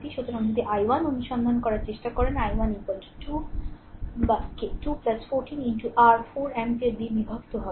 সুতরাং যদি i1 অনুসন্ধান করার চেষ্টা করেন i1 2 কে 2 14 আর 4 অ্যাম্পিয়ার দিয়ে বিভক্ত হবে